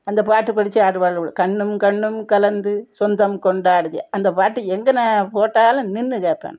அந்த பாட்டு படிச்சு ஆடுவாளுவ கண்ணும் கண்ணும் கலந்து சொந்தம் கொண்டாடுதே அந்த பாட்டு எங்கேன போட்டாலும் நின்று கேட்பேன்